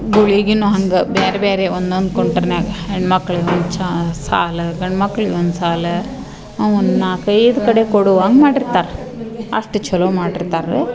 ಗುಳಿಗೆನು ಹಂಗೆ ಬ್ಯಾರೆ ಬೇರೆ ಒಂದೊಂದು ಕೌಂಟರ್ನ್ಯಾಗೆ ಹೆಣ್ಮಕ್ಳಿಗೆ ಒಂದು ಚಾ ಸಾಲು ಗಂಡ್ಮಕ್ಳಿಗೆ ಒಂದು ಸಾಲು ಅವು ಒಂದು ನಾಲ್ಕು ಐದು ಕಡೆ ಕೊಡುವಂಗೆ ಮಾಡಿರ್ತಾರೆ ಅಷ್ಟು ಚಲೋ ಮಾಡಿರ್ತಾರೆ